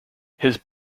his